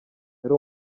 yari